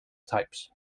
types